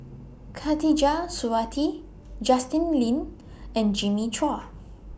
Khatijah Surattee Justin Lean and Jimmy Chua